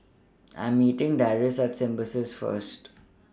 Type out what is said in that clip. I Am meeting Darrius At Symbiosis First